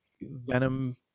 venom